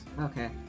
Okay